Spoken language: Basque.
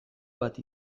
bat